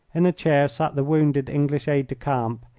in a chair sat the wounded english aide-de-camp,